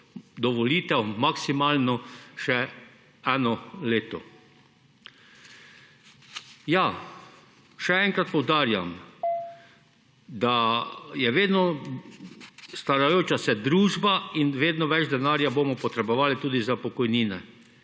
dovolitev maksimalno še eno leto. Ja, še enkrat poudarjam, / znak za konec razprave/ da je vedno starajoča se družba in vedno več denarja bomo potrebovali tudi za pokojnine.